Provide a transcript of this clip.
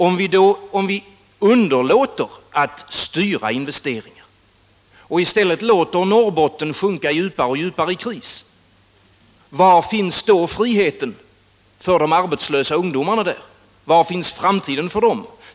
Om vi underlåter att styra investeringar och istället låter Norrbotten sjunka i en allt djupare kris, var finns då friheten för de arbetslösa ungdomarna där, var finns då framtiden för dem?